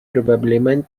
probablement